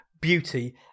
beauty